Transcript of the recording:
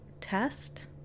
test